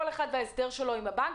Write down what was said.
כל אחד לפי ההסדר שלו עם הבנק,